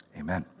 amen